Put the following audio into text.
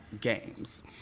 games